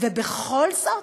ובכל זאת,